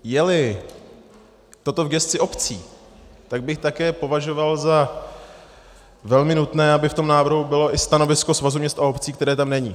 Jeli toto v gesci obcí, tak bych také považoval za velmi nutné, aby v tom návrhu bylo i stanovisko Svazu měst a obcí, které tam není.